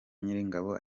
nyiringabo